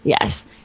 Yes